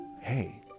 hey